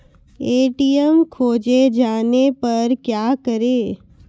ATM खोजे जाने पर क्या करें?